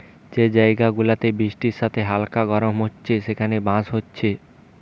যে জায়গা গুলাতে বৃষ্টির সাথে হালকা গরম হচ্ছে সেখানে বাঁশ হচ্ছে